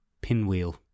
Pinwheel